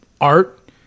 art